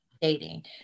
dating